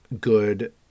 good